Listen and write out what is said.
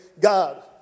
God